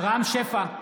רם שפע,